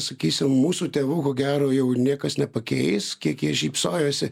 sakysim mūsų tėvų ko gero jau niekas nepakeis kiek jie šypsojosi